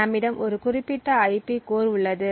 நம்மிடம் ஒரு குறிப்பிட்ட ஐபி கோர் உள்ளது